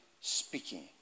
speaking